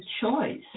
choice